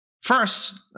First